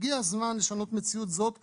הגיע הזמן לשנות מציאות זאת בהקדם.